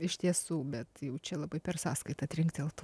iš tiesų bet jau čia labai per sąskaitą trinkteltų